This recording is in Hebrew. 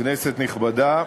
כנסת נכבדה,